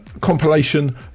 compilation